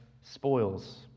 spoils